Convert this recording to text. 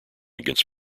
against